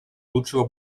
лучшего